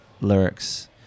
lyrics